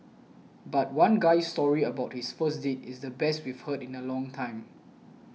but one guy's story about his first date is the best we've heard in a long time